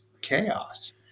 chaos